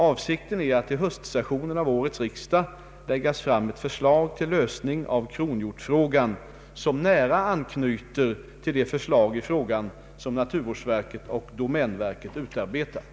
Avsikten är att till höstsessionen av årets riksdag skall läggas fram ett förslag till lösning av kronhjortfrågan som nära anknyter till det förslag i frågan som naturvårdsverket och domänverket utarbetat.